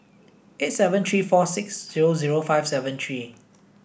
eight seven three four six zero zero five seven three